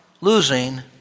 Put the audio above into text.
Losing